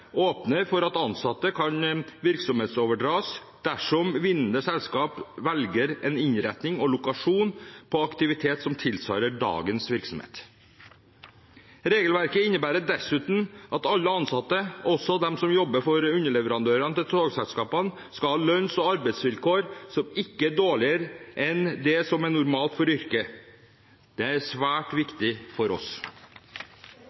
åpner for at ansatte kan virksomhetsoverdras dersom vinnende selskap velger en innretning og lokasjon på aktivitet som tilsvarer dagens virksomhet. Regelverket innebærer dessuten at alle ansatte, også de som jobber for underleverandørene til togselskapene, skal ha lønns- og arbeidsvilkår som ikke er dårligere enn det som er normalt for yrket. Dette er svært